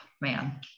Man